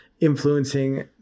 influencing